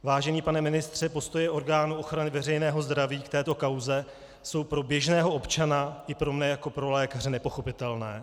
Vážený pane ministře, postoje orgánů ochrany veřejného zdraví k této kauze jsou pro běžného občana i pro mne jako pro lékaře nepochopitelné.